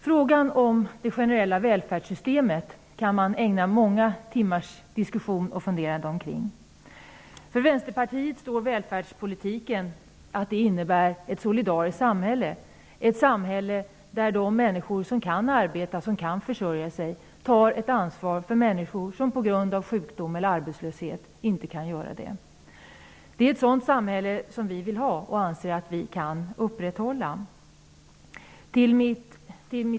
Frågan om det generella välfärdssystemet kan man ägna många timmars diskussion och funderande åt. För Vänsterpartiet innebär välfärdspolitik ett solidariskt samhälle där de människor som kan arbeta och försörja sig tar ansvar för människor som på grund av sjukdom eller arbetslöshet inte kan göra det. Det är ett sådant samhälle som vi vill ha och anser att vi kan upprätthålla.